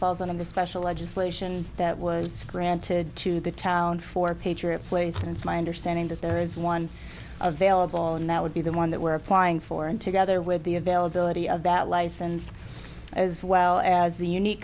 under special legislation that was granted to the town for patriot place and it's my understanding that there is one available and that would be the one that we're applying for and together with the availability of that license as well as the unique